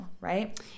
right